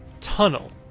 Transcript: tunnel